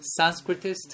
Sanskritist